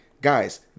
Guys